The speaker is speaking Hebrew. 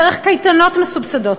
דרך קייטנות מסובסדות,